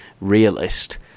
realist